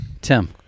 Tim